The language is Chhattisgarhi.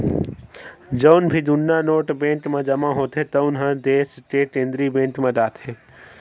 जउन भी जुन्ना नोट बेंक म जमा होथे तउन ह देस के केंद्रीय बेंक म जाथे